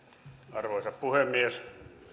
arvoisa puhemies